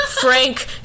Frank